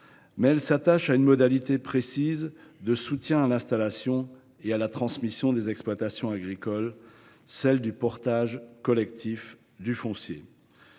? Elle s’attache à une modalité précise de soutien à l’installation et à la transmission des exploitations agricoles, celle du portage collectif du foncier.